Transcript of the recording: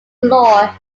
law